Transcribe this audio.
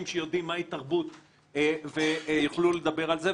שיודעים מהי תרבות ויוכלו לדבר על זה.